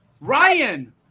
Ryan